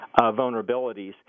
vulnerabilities